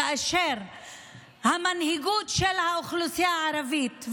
כאשר המנהיגות של האוכלוסייה הערבית,